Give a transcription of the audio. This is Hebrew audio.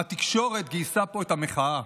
התקשורת גייסה פה את המחאה.